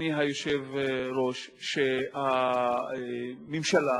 1.5 מיליון שקל בשביל להפעיל את המפעל הזה